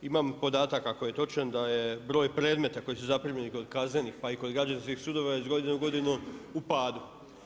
Imam podatak ako je točan da je broj predmeta koji su zaprimljeni kod kaznenih pa i kod građanskih sudova je iz godine u godinu u padu.